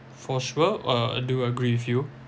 for sure uh I do agree with you